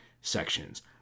sections